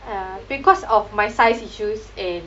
ya because of my size issues and